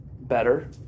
better